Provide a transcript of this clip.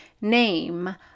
name